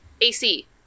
AC